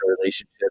relationship